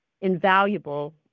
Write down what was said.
invaluable